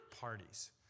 parties